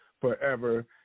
forever